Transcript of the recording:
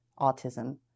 autism